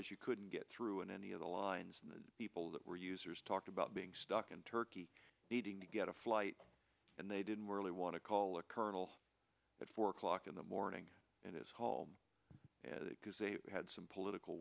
is you couldn't get through in any of the lines and the people that were users talked about being stuck in turkey needing to get a flight and they didn't really want to call the colonel at four o'clock in the morning in this hall because they had some political